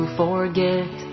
forget